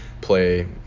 play